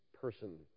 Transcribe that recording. person